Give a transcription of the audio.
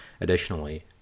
Additionally